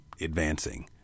advancing